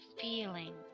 feeling